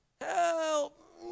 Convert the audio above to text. help